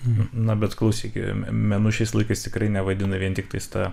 na bet klausyk me menu šiais laikais tikrai nevadina vien tiktais tą